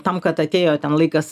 tam kad atėjo ten laikas